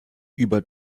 über